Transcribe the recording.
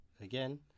again